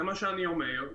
זה מה שאני אומר,